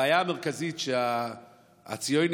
הבעיה המרכזית: שהציונים,